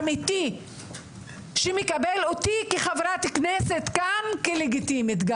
אמיתי שמקבל אותי כחברת כנסת לגיטימית.